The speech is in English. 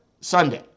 Sunday